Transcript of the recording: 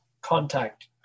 contact